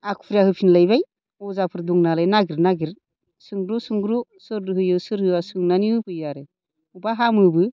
आखुरिया होफिन लायबाय अजाफोर दं नालाय नागिर नागिर सोंब्रु सोंब्रु सोर होयो सोर होआ सोंनानै होफैयो आरो बबेबा हामोबो